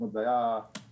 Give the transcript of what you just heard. כלומר היה כסף